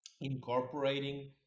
incorporating